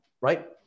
Right